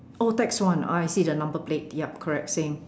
oh tax one oh I see the number plate yup correct right same